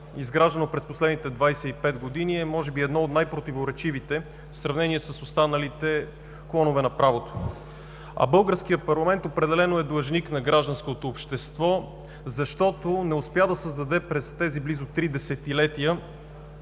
изграждано през последните 25 години, е може би едно от най противоречивите в сравнение с останалите клонове на правото. Българският парламент определено е длъжник на гражданското общество, защото не успя да създаде през тези близо три десетилетия